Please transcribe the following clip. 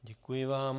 Děkuji vám.